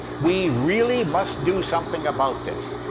we really must do something about this.